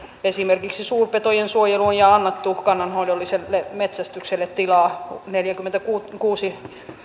esimerkiksi suurpetojen suojeluun ja annettu kannanhoidolliselle metsästykselle tilaa neljäkymmentäkuusi